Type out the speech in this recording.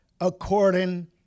according